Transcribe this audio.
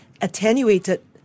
attenuated